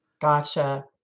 Gotcha